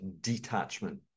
detachment